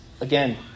again